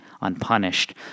unpunished